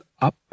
up